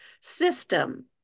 system